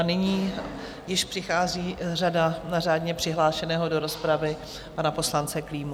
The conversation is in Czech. Nyní již přichází řada na řádně přihlášeného do rozpravy, pana poslance Klímu.